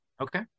Okay